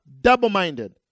double-minded